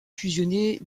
fusionnée